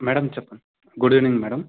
madam చెప్పండి good evening madam